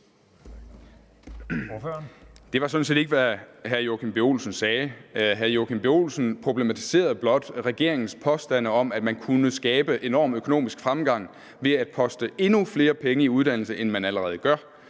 Det var sådan set ikke, hvad hr. Joachim B. Olsen sagde. Hr. Joachim B. Olsen problematiserede blot regeringens påstande om, at der kunne skabes enorm økonomisk fremgang ved at poste endnu flere penge i uddannelse, end man allerede gør.